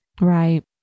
Right